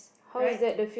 right